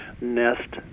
nest